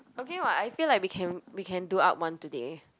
okay [what] I feel like we can we can do up [one] today